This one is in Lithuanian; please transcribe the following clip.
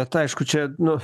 bet aišku čia nu